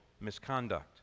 misconduct